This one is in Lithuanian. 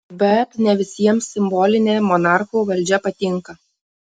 bet ne visiems simbolinė monarchų valdžia patinka